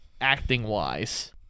acting-wise